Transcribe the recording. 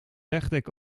wegdek